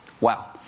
Wow